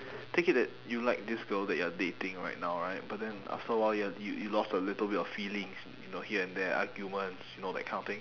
take it that you like this girl that you are dating right now right but then after a while you have y~ you lost a little bit of feelings you know here and there arguments you know that kind of thing